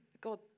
God